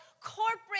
corporate